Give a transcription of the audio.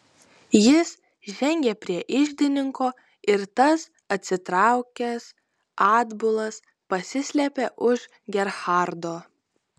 jis žengė prie iždininko ir tas atsitraukęs atbulas pasislėpė už gerhardo